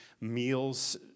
meals